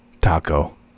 taco